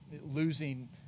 losing